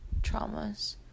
traumas